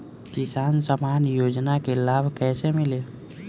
किसान सम्मान योजना के लाभ कैसे मिली?